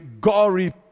gory